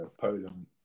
Poland